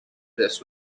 this